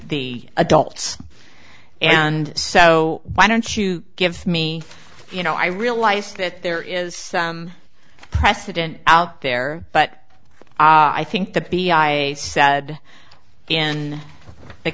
the adults and so why don't you give me you know i realize that there is some precedent out there but i think the p i a s said in the